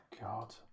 God